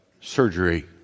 surgery